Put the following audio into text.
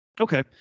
Okay